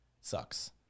sucks